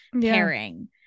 pairing